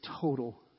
total